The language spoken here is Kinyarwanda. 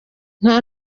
nta